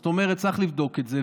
זאת אומרת, צריך לבדוק את זה.